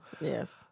Yes